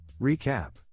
Recap